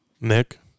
Nick